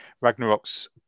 Ragnarok's